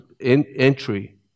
Entry